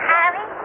Harry